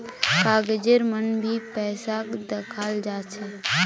कागजेर मन भी पैसाक दखाल जा छे